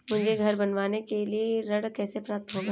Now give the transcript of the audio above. मुझे घर बनवाने के लिए ऋण कैसे प्राप्त होगा?